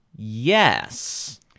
yes